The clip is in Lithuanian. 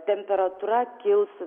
temperatūra kils